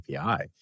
API